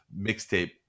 Mixtape